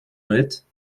toilettes